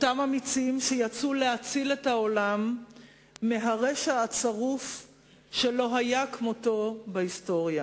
אותם אמיצים שיצאו להציל את העולם מהרשע הצרוף שלא היה כמותו בהיסטוריה